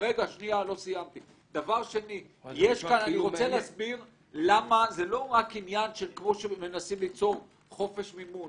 אני רוצה להסביר למה זה לא רק עניין כמו שמנסים ליצור "חופש מימון",